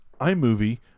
iMovie